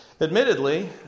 Admittedly